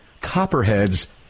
Copperheads